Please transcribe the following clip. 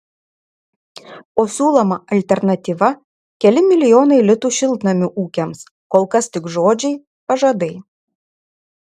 o siūloma alternatyva keli milijonai litų šiltnamių ūkiams kol kas tik žodžiai pažadai